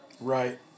Right